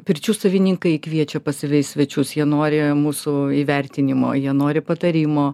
pirčių savininkai kviečia pas save į svečius jie nori mūsų įvertinimo jie nori patarimo